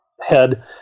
head